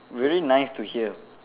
really nice to hear